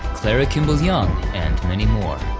clara kimball young, and many more.